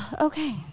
Okay